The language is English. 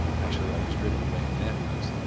actually i was driven away in an ambulance,